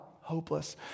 hopeless